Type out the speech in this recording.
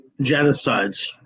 genocides